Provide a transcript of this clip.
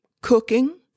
cooking